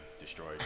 destroyed